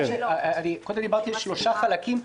דיברתי על שלושה חלקים,